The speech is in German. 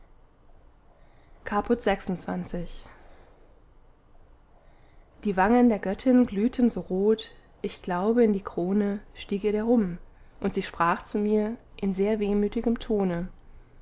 caput xxvi die wangen der göttin glühten so rot ich glaube in die krone stieg ihr der rum und sie sprach zu mir in sehr wehmütigem tone